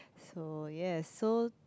so yes so